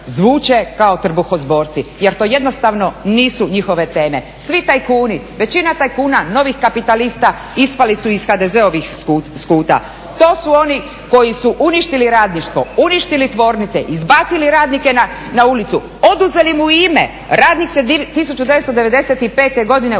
zvuče kao trbuhozborci jer to jednostavno nisu njihove teme. Svi tajkuni, većina tajkuna, novih kapitalista ispali su iz HDZ-ovih skuta. To su oni koji su uništili radništvo, uništili tvornice, izbacili radnike na ulicu, oduzeli mu ime, radnik se 1995. godine u